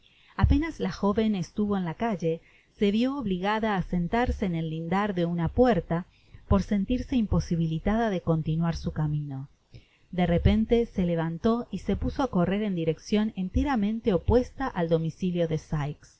apenas la joven estuvo en la calle se vió obligada á sentarse en el lindar de una puerta por sentirse imposibilitada de continuar su camino de repente se levantó y se puso á correr en diccion enteramente opuesta al domicilio de sikes